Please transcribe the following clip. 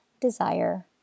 Desire